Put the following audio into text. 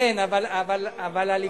כן, אבל הליכוד,